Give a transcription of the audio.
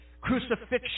crucifixion